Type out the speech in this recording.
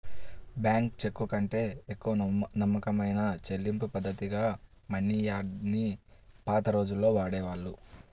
bank చెక్కుకంటే ఎక్కువ నమ్మకమైన చెల్లింపుపద్ధతిగా మనియార్డర్ ని పాత రోజుల్లో వాడేవాళ్ళు